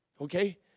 Okay